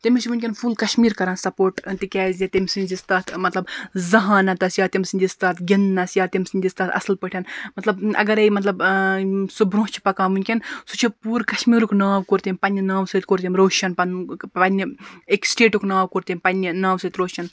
تٔمِس چھُ ؤنکیٚن فُل کَشمیٖر کران سَپوٹ تِکیازِ تٔمۍ سٕنٛزِ تَتھ مطلب زَہانَتَس یا تٔمۍ سٕنٛدِس تَتھ گِندنس یا تٔمۍ سٕنٛدِس تَتھ اَصٕل پٲٹھۍ مطلب اَگرے مطلب سُہ برونٛہہ چھُ پَکان ؤنکیٚن سُہ چھُ پوٗرٕ کَشمیٖرُک ناو کوٚر تٔمۍ پَنٕنہِ ناوٕ سۭتۍ کوٚر تٔمۍ روشَن پَنُن پَنٕنہِ اَکہِ سِٹیٹُک ناو کوٚر تٔمۍ پَنٕنہِ ناوٕ سۭتۍ روشَن